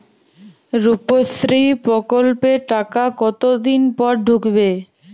রুপশ্রী প্রকল্পের টাকা কতদিন পর ঢুকবে?